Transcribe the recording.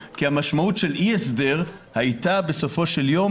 כי המשמעות של אי-הסדר הייתה בסופו של יום